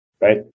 right